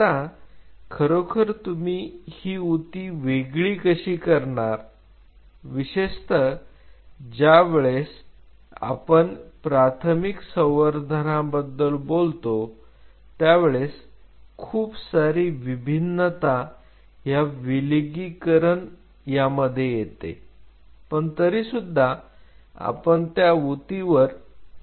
आता खरोखर तुम्ही ही ऊती वेगळी कशी करणार विशेषतः ज्यावेळेस आपण प्राथमिक संवर्धनाबद्दल बोलतो त्यावेळेस खूप सारी विभिन्नता ह्या विलगीकरण यामध्ये येते पण तरीसुद्धा आपण त्या ऊतीवर प्रक्रिया करत असतो